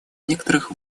некоторых